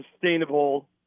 sustainable